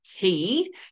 key